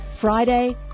Friday